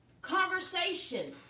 Conversation